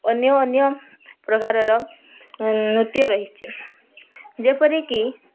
ଅନ୍ୟ ଅନ୍ୟ ପ୍ରକାରର ନୃତ୍ୟ ରହିଛି ଯେପରିକି